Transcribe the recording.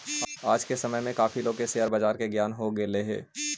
आज के समय में काफी लोगों को शेयर बाजार का ज्ञान हो गेलई हे